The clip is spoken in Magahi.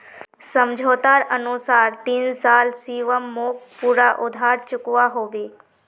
समझोतार अनुसार तीन साल शिवम मोक पूरा उधार चुकवा होबे